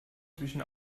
zwischen